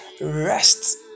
rest